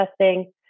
testing